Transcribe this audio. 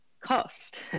cost